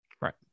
Right